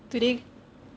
today